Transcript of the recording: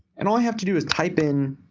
and all i have to do is type in